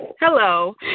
Hello